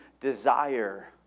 desire